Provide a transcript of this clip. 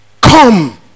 Come